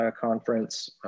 conference